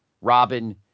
Robin